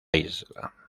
isla